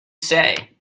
say